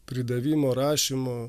pridavimo rašymo